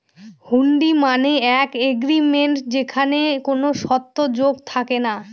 হুন্ডি মানে এক এগ্রিমেন্ট যেখানে কোনো শর্ত যোগ থাকে না